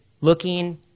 looking